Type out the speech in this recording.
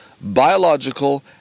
biological